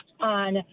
on